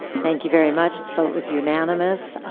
thank you very much. the vote was unanimous,